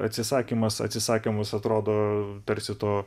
atsisakymas atsisakymas atrodo tarsi to